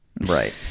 right